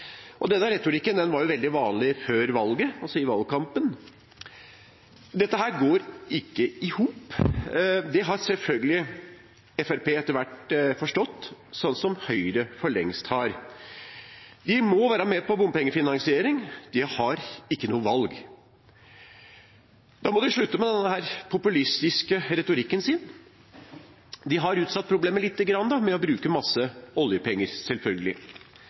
Denne retorikken var veldig vanlig før valget, i valgkampen. Dette går ikke i hop. Det har selvfølgelig Fremskrittspartiet etter hvert forstått, sånn som Høyre for lengst har. De må være med på bompengefinansiering, de har ikke noe valg. Da må de slutte med denne populistiske retorikken sin. De har utsatt problemet lite grann ved å bruke masse oljepenger, selvfølgelig.